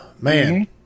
Man